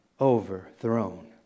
overthrown